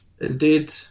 indeed